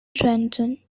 trenton